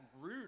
rude